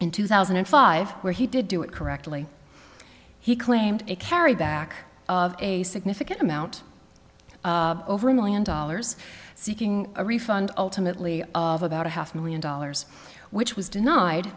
in two thousand and five where he did do it correctly he claimed a carry back of a significant amount over a million dollars seeking a refund ultimately of about a half million dollars which was denied